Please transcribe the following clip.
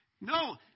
No